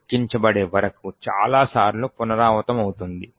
లెక్కించబడే వరకు చాలాసార్లు పునరావృతమవుతుంది